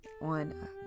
on